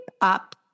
up